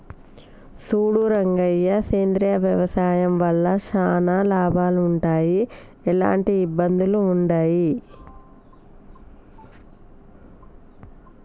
సూడు రంగయ్య సేంద్రియ వ్యవసాయం వల్ల చానా లాభాలు వుంటయ్, ఎలాంటి ఇబ్బందులూ వుండయి